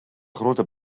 grote